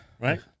Right